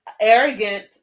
arrogant